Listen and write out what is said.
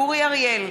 אורי אריאל,